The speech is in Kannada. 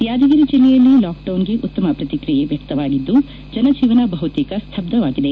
ಯಾದಗಿರಿ ಜಿಲ್ಲೆಯಲ್ಲಿ ಲಾಕ್ಡೌನ್ಗೆ ಉತ್ತಮ ಪ್ರತಿಕ್ರಿಯೆ ವ್ಯಕ್ತವಾಗಿದ್ದು ಜನಜೀವನ ಬಹುತೇಕ ಸ್ತಬ್ಧವಾಗಿದೆ